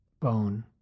bone